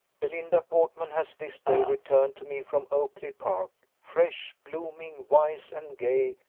belinda portman has this day returned to me from oakly-park, fresh, blooming, wise, and gay,